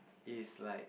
is like